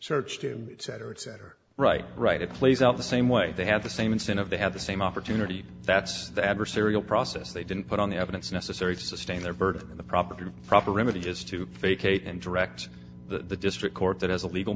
search to cetera et cetera right right it plays out the same way they have the same instant of they have the same opportunity that's the adversarial process they didn't put on the evidence necessary to sustain their verdict in the proper proper remedy is to vacate and direct the district court that as a legal